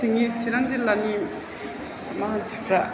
जोंनि चिरां जिल्लानि मानसिफ्रा